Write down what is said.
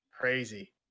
crazy